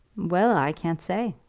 well i can't say.